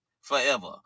forever